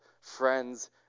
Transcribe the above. friends